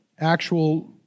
actual